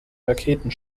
raketen